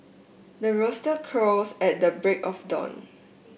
the rooster crows at the break of dawn